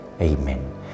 Amen